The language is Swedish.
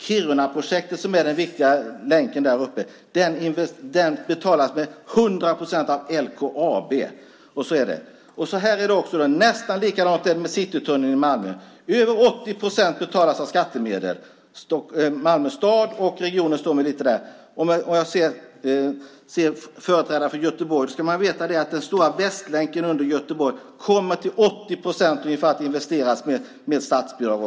Kirunaprojektet, som är den viktiga länken där uppe, betalas till 100 procent av LKAB. Så är det. Nästan likadant är det med Citytunneln i Malmö. Över 80 procent betalas med skattemedel. Malmö stad och regionen står för lite där. Jag ser företrädare för Göteborg. Då ska man veta att den stora Västlänken under Göteborg till 80 procent, ungefär, kommer att finansieras med statsbidrag.